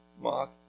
Mark